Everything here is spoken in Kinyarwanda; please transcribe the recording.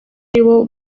aribo